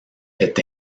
est